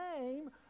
name